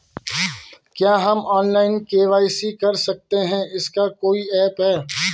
क्या हम online KYC कर सकते हैं इसका कोई ऐप है?